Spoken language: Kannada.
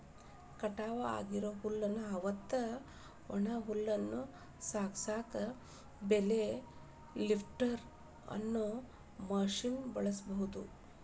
ಕಟಾವ್ ಆಗಿರೋ ಹುಲ್ಲು ಅತ್ವಾ ಒಣ ಹುಲ್ಲನ್ನ ಸಾಗಸಾಕ ಬೇಲ್ ಲಿಫ್ಟರ್ ಅನ್ನೋ ಮಷೇನ್ ಬಳಸ್ಬಹುದು